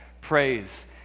praise